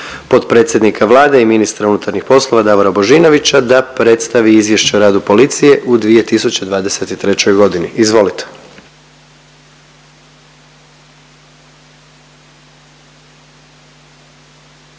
potpredsjednika Vlade i ministra unutarnjih poslova Davora Božinovića da predstavi Izvješće o radu policije u 2023. godini. Izvolite.